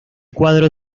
cuadro